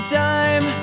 time